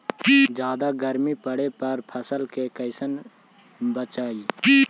जादा गर्मी पड़े पर फसल के कैसे बचाई?